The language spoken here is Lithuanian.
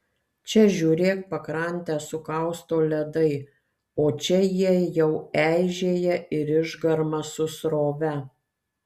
čia žiūrėk pakrantę sukausto ledai o čia jie jau eižėja ir išgarma su srove